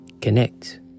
Connect